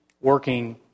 working